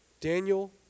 Daniel